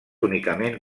únicament